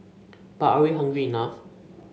but are we hungry enough